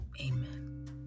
Amen